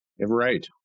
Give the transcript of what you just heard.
Right